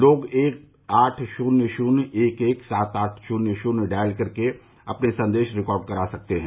लोग एक आठ शून्य शून्य एक एक सात आठ शून्य शून्य डायल कर अपने संदेश रिकार्ड करा सकते हैं